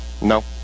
No